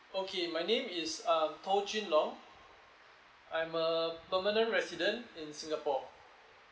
okay my name is um toh jun long I'm a permanent resident in singapore